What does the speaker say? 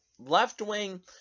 left-wing